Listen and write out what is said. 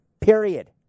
period